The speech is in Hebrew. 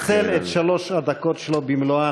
השר ניצל את שלוש הדקות שלו במלואן.